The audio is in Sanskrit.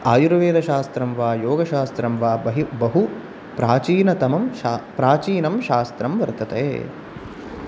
आयुर्वेदशास्त्रं वा योगशास्त्रं वा बहि बहुप्राचीनतमं प्राचीनं शास्त्रं वर्तते